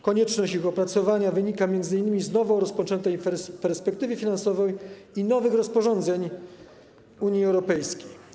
Konieczność ich opracowania wynika m.in. z nowo rozpoczętej perspektywy finansowej, jak również z nowych rozporządzeń Unii Europejskiej.